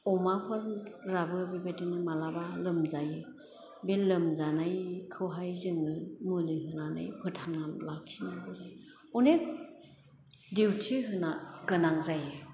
अमाफोराबो बेबायदिनो मालाबा लोमजायो बे लोमजानायखौहाइ जोङो मुलि होनानै फोथांना लाखिनांगौ जायो अनेक दिउथि होना गोनां जायो